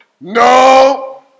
No